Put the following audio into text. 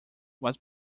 was